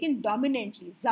dominantly